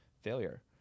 failure